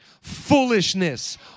foolishness